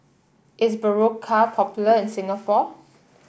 is Berocca popular in Singapore